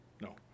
No